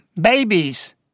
babies